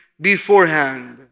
beforehand